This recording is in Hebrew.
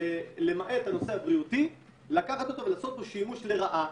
ושימוש לרעה.